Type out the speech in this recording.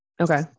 Okay